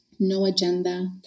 no-agenda